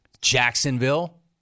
Jacksonville